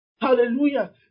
Hallelujah